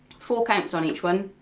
four counts on each one,